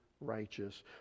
righteous